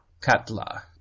Katla